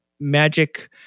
magic